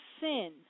sin